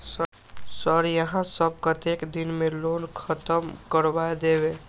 Sir यहाँ सब कतेक दिन में लोन खत्म करबाए देबे?